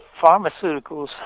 pharmaceuticals